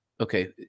okay